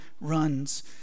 runs